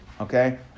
Okay